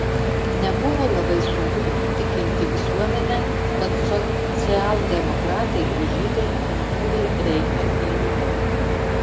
nebuvo labai sunku įtikinti visuomenę kad socialdemokratai ir žydai nudūrė reichą į nugarą